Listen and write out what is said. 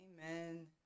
Amen